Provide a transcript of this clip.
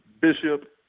Bishop